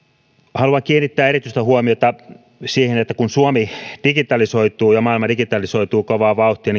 haluan kiinnittää erityistä huomiota siihen että kun suomi digitalisoituu ja maailma digitalisoituu kovaa vauhtia